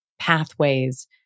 pathways